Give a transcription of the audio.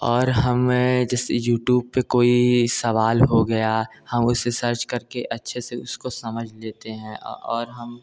और हमें जैसे यूट्यूब पर कोई सवाल हो गया हम उसे सर्च कर के अच्छे से उसको समझ लेते हैं और हम